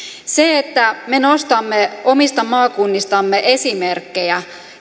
se että me nostamme omista maakunnistamme esimerkkejä